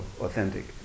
authentic